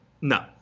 No